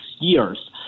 years